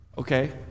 Okay